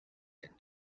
had